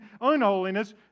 unholiness